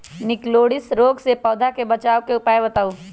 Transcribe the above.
निककरोलीसिस रोग से पौधा के बचाव के उपाय बताऊ?